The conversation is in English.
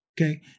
Okay